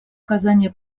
оказания